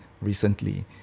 recently